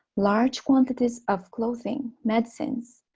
large quantities of clothing, medicines,